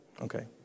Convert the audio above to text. Okay